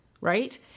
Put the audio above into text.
Right